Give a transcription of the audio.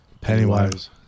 Pennywise